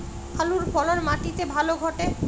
আলুর ফলন মাটি তে ভালো ঘটে?